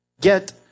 get